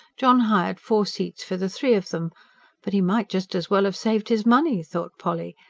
john hired four seats for the three of them but he might just as well have saved his money, thought polly,